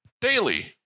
daily